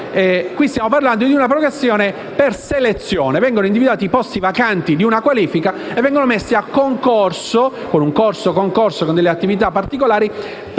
armate. Parliamo di una progressione per selezione. Vengono individuati i posti vacanti di una qualifica e vengono messi a concorso, con un corso-concorso e attività particolari, per